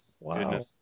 Wow